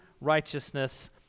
righteousness